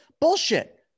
Bullshit